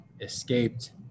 escaped